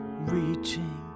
reaching